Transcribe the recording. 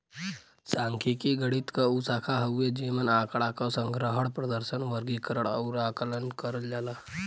सांख्यिकी गणित क उ शाखा हउवे जेमन आँकड़ा क संग्रहण, प्रदर्शन, वर्गीकरण आउर आकलन करल जाला